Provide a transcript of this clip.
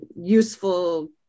useful